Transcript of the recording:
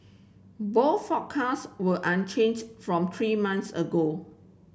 both forecast were unchanged from three months ago